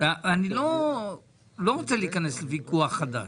אני לא רוצה להיכנס לוויכוח חדש.